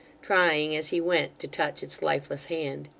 trying, as he went, to touch its lifeless hand.